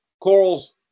corals